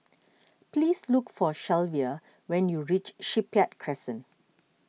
please look for Shelvia when you reach Shipyard Crescent